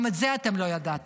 גם את זה אתם לא ידעתם.